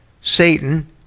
Satan